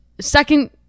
Second